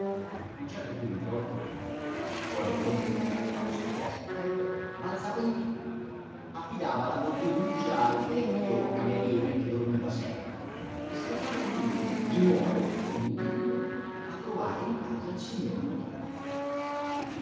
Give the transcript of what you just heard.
a un certo punto perché il cuore gonfio non gli scoppiasse in petto balzava in piedi affidava la botteguccia al vecchio cameriere che dormiva sempre e si recava lui di nuovo con michelino a trovare in casa il signor notajo